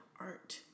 art